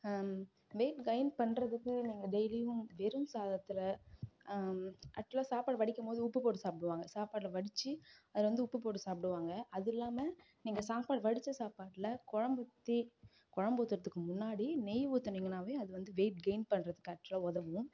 wait gain பண்ணுறதுக்கு நீங்கள் டெய்லியும் வெறும் சாதத்தில் ஆக்ஷுவலாக சாப்பாடு வடிக்கும்போது உப்பு போட்டு சாப்பிடுவாங்க சாப்பாட்டில் வடிச்சு அதில் வந்து உப்பு போட்டு சாப்பிடுவாங்க அது இல்லாம நீங்கள் சாப்பாடு வடிச்ச சாப்பாட்டில் குழம் ஊற்றி குழம்பு ஊற்றுறத்துக்கு முன்னாடி நெய் ஊற்றுனீங்கன்னாவே அது வந்து வெயிட் கெயின் பண்ணுறத்துக்கு ஆக்ஷுவலாக உதவும்